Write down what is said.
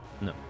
no